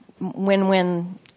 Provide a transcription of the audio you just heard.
win-win